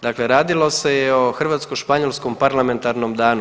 Dakle, radilo se je o Hrvatsko-španjolskom parlamentarnom danu.